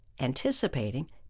anticipating